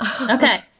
Okay